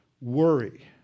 Worry